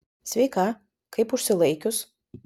sveika kaip užsilaikius